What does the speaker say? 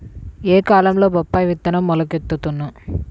ఏ కాలంలో బొప్పాయి విత్తనం మొలకెత్తును?